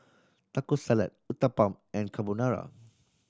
Taco Salad Uthapam and Carbonara